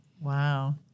Wow